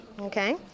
okay